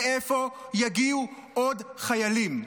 מאיפה יגיעו עוד חיילים?